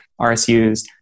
RSUs